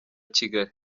kigali